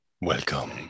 Welcome